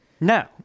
No